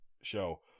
show